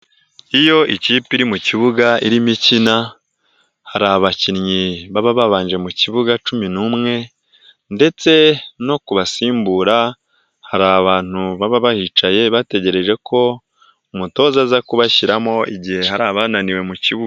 Iyo ikipe iri mu kibuga irimo ikina hari abakinnyi baba babanje mu kibuga cumi n'umwe ndetse no kubasimbura hari abantu baba bahicaye bategereje ko umutoza aza kubashyiramo igihe hari abananiwe mu kibuga.